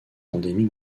endémique